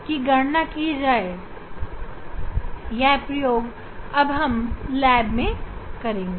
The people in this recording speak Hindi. जिसके लिए हम लैब में इस प्रयोग के माध्यम से tan θB की गणना करना सीखेंगे